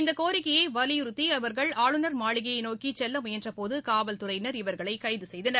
இந்த கோரிக்கையை வலியுறுத்தி இவர்கள் ஆளுநர் மாளிகையை நோக்கி செல்ல முயன்ற போது காவல்துறையினர் இவர்களை கைது செய்தனர்